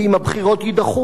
ואם הבחירות יידחו,